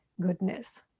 goodness